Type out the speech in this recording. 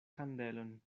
kandelon